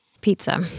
Pizza